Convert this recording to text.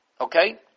Okay